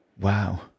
wow